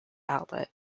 outlet